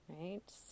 Right